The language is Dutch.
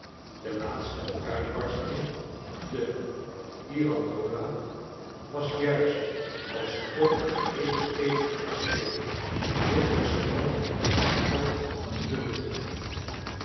de laatste uitbarsting de girandola was juist als sprong het geheele stevige kasteel zonder smook of stof in de lucht